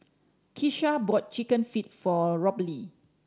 Keisha bought Chicken Feet for Robley